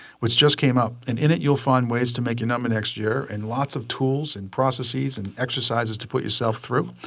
which just came out. and in it, you'll find ways to make your number next year, and lots of tools and processes and exercises to put yourself through.